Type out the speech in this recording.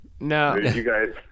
No